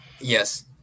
Yes